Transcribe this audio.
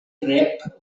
rep